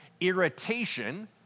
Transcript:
Irritation